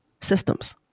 systems